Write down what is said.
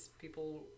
people